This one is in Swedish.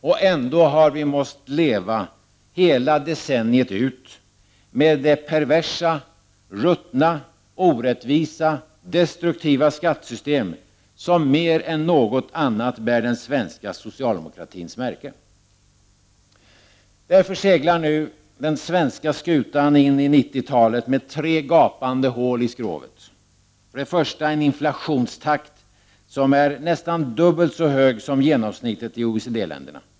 Och ändå har vi måst leva hela decenniet ut med det perversa, ruttna, orättvisa, destruktiva skattesystem som mer än något annat bär den svenska socialdemokratins märke. Därför seglar nu den svenska skutan in i 90-talet med tre gapande hål i skrovet. För det första en inflationstakt som är nästan dubbelt så hög som genomsnittet i OECD-länderna.